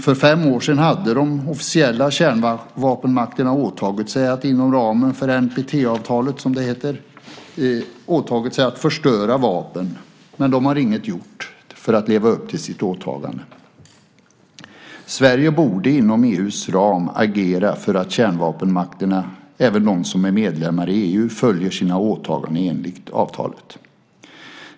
För fem år sedan hade de officiella kärnvapenmakterna åtagit sig att inom ramen för NPT förstöra vapen, men de har inget gjort för att leva upp till sitt åtagande. Sverige borde inom EU:s ram agera för att kärnvapenmakterna, även de som är medlemmar i EU, följer sina åtaganden enligt avtalet.